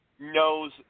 Knows